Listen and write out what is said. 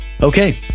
okay